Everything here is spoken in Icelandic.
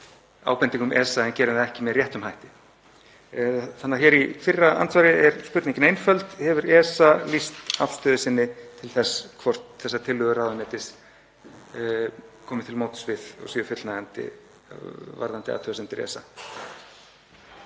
ábendingum ESA en gerum það ekki með réttum hætti. Hér í fyrra andsvari er spurningin einföld: Hefur ESA lýst afstöðu sinni til þess hvort þessar tillögur ráðuneytisins komi til móts við og séu fullnægjandi varðandi athugasemdir ESA?